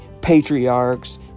patriarchs